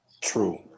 true